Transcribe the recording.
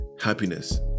happiness